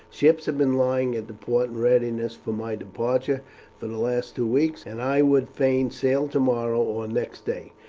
ships have been lying at the port in readiness for my departure for the last two weeks, and i would fain sail tomorrow or next day.